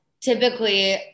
typically